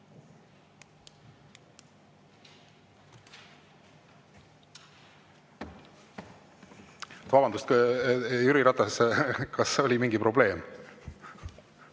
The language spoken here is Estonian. Palun! Vabandust, Jüri Ratas, kas oli mingi probleem?